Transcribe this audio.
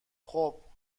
خوب